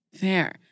Fair